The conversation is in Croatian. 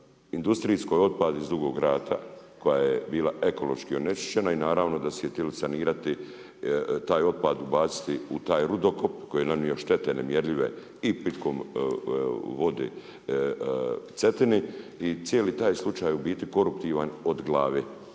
industrijski otpad iz Dugog rata, koja je bila ekološki neonesvješćena i naravno da su htjeli sanirati taj otpad baciti u taj rudokop, koji je nanio štete nemjerljive i pitkom vode Cetini i cijeli taj slučaj u biti proaktivan od glave,